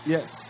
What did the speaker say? Yes